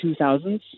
2000s